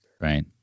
Right